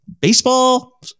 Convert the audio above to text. baseball